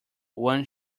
one